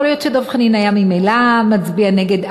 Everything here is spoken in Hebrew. יכול להיות שדב חנין היה ממילא מצביע נגד,